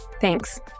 Thanks